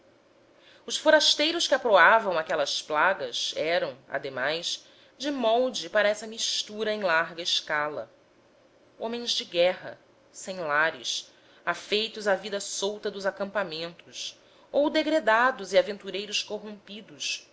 os forasteiros que aproavam àquelas plagas eram ademais de molde para essa mistura em larga escala homens de guerra sem lares afeitos à vida solta dos acampamentos ou degredados e aventureiros corrompidos